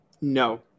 No